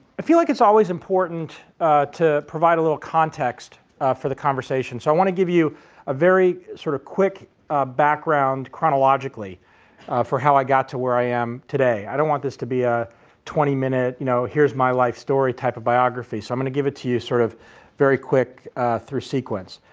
i feel like it's always important to provide a little context for the conversation. so i want to give you a very sort of quick background chronologically for how i got to where i am today. i don't want this to be a twenty minute you know here is my life story type of biography. so i'm going to give it to you sort of very quick through sequence.